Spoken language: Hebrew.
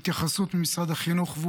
התייחסות ממשרד המשפטים,